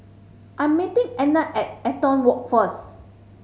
I'm meeting Ednah at Eaton Walk first